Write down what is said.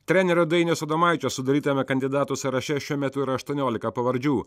trenerio dainiaus adomaičio sudarytame kandidatų sąraše šiuo metu yra aštuoniolika pavardžių